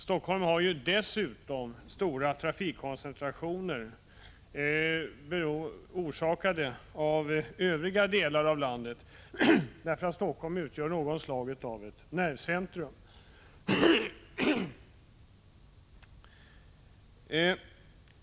Helsingfors har dessutom stora trafikkoncentrationer orsakade av övriga delar av landet, därför att Helsingfors utgör något slag av nervcentrum.